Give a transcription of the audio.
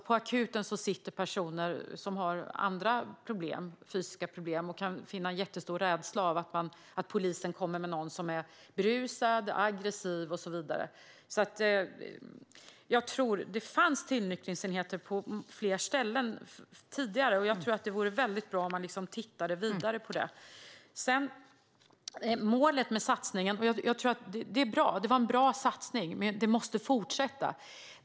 På akuten sitter personer som har andra, fysiska, problem och som kan känna stor rädsla om polisen kommer med någon som är berusad, aggressiv och så vidare. Det fanns tillnyktringsenheter på fler ställen tidigare, och jag tror att det vore väldigt bra om man tittade vidare på det. Satsningen var bra, men den måste fortsätta.